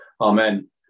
Amen